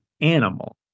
animal